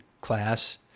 class